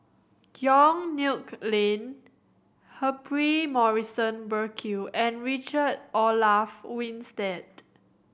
Yong Nyuk Lin Humphrey Morrison Burkill and Richard Olaf Winstedt